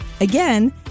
Again